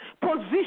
position